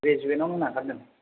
ग्रेजुएतआवनो नागारदों